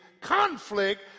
conflict